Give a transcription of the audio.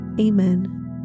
Amen